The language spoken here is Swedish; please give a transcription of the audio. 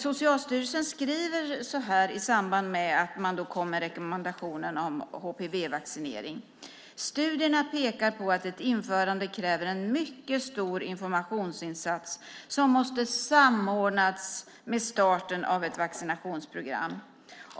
Socialstyrelsen skrev så här i samband med att man kom med rekommendationen om HPV-vaccinering: "Studierna pekar på att ett införande kräver en mycket stor informationsinsats som måste samordnas med starten av ett vaccinationsprogram.